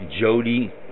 Jody